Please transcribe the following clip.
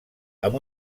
amb